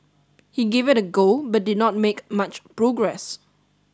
he gave it a go but did not make much progress